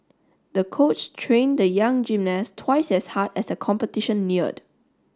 the coach trained the young gymnast twice as hard as the competition neared